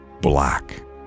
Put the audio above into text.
black